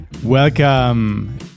welcome